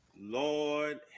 Lord